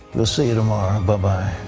we'll see you tomorrow. but bye-bye.